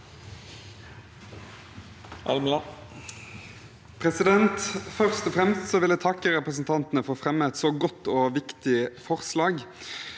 (komiteens leder): Først og fremst vil jeg takke representantene for å ha fremmet et så godt og viktig forslag.